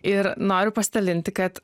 ir noriu pasidalinti kad